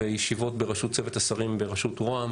וישיבות צוות השרים בראשות ראש הממשלה,